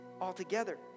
altogether